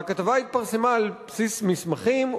והכתבה התפרסמה על בסיס מסמכים,